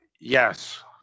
yes